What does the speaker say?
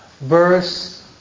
verse